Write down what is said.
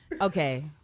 Okay